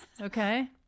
Okay